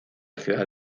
ciudad